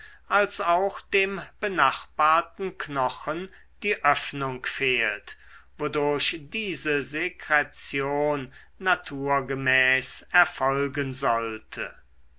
als auch dem benachbarten knochen die öffnung fehlt wodurch diese sekretion naturgemäß erfolgen sollte